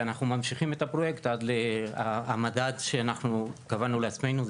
ואנחנו ממשיכים את הפרויקט עד הממד שקבענו לעצמנו,